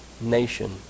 nation